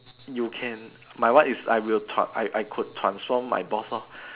you can my one is I will I I could transform my boss lor